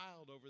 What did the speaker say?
over